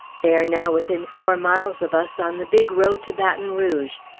they are now within four miles of us, on the big road to baton rouge.